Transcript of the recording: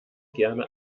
gerne